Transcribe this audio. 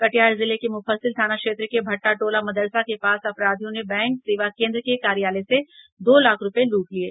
कटिहार जिले के मुफस्सिल थाना क्षेत्र के भट्टा टोला मदरसा के पास अपराधियों ने बैंक सेवा केन्द्र के कार्यालय से दो लाख रुपये लूट लिये